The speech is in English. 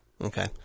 Okay